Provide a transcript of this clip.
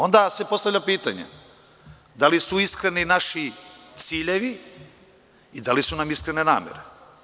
Onda se postavlja pitanje - da li su iskreni naši ciljevi i da li su nam iskrene namere?